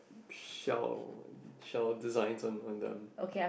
shell and shell designs on on them